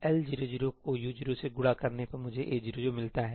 L00 को U00 से गुणा करने पर मुझे A00मिलता है